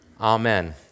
Amen